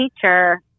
teacher